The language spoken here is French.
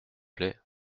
plait